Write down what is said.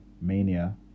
Mania